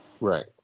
Right